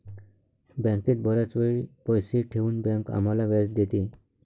बँकेत बराच वेळ पैसे ठेवून बँक आम्हाला व्याज देते